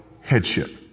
headship